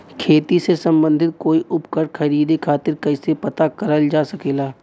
खेती से सम्बन्धित कोई उपकरण खरीदे खातीर कइसे पता करल जा सकेला?